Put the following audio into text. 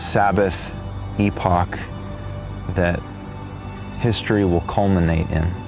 sabbath epoch that history will culminate in,